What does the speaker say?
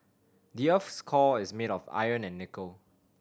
the earth's core is made of iron and nickel